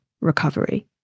recovery